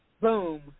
Boom